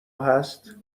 هست